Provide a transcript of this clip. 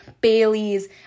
Bailey's